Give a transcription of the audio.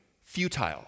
futile